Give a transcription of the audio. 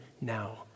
now